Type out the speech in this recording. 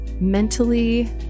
mentally